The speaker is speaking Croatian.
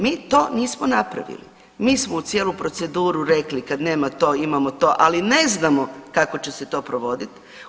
Mi to nismo napravili, mi smo u cijelu proceduru rekli, kad nema to imamo to, ali ne znamo kako će se to provoditi.